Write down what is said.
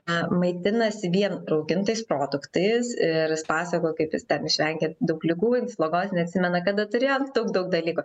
maitinasi vien raugintais produktais ir jis pasakojo kaip jis ten išvengia daug ligų ir slogos neatsimena kada turėjo daug daug dalykų